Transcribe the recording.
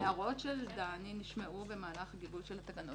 ההערות של דני נשמעו במהלך גיבוש התקנות.